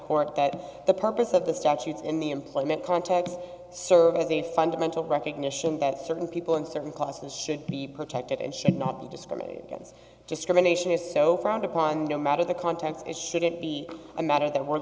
court that the purpose of the statutes in the employment context serve as a fundamental recognition that certain people in certain classes should be protected and should not be discriminated against discrimination is so frowned upon no matter the context it shouldn't be a matter that we're